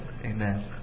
amen